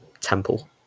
temple